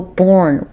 born